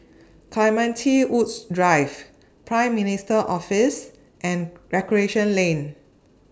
Clementi Woods Drive Prime Minister's Office and Recreation Lane